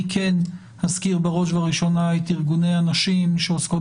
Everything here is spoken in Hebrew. אני אזכיר בראש ובראשונה את ארגוני הנשים שעוסקות